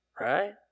right